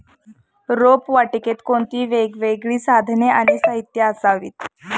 रोपवाटिकेत कोणती वेगवेगळी साधने आणि साहित्य असावीत?